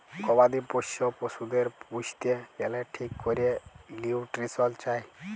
গবাদি পশ্য পশুদের পুইসতে গ্যালে ঠিক ক্যরে লিউট্রিশল চায়